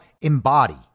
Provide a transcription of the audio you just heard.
embody